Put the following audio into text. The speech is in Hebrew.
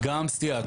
גם סטייה,